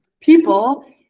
people